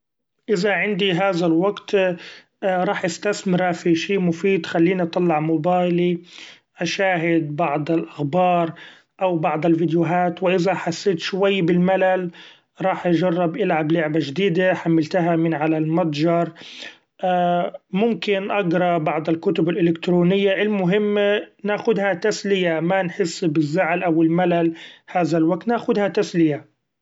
إذا عندي هذا الوقت رح استثمره في شي مفيد تخليني اطلع موبايلي أشاهد بعض الأخبار أو بعض الفيديوهات ، و إذا حسيت شوي بالملل رح أجرب ألعب لعبة جديدي حملتها من علي المتجر ممكن أقرا بعض الكتب الإلكترونية ، المهم ناخدها تسلية ما نحس بالزعل أو الملل هذا الوقت ناخدها تسلية.